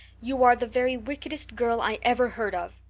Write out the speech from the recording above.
you are the very wickedest girl i ever heard of.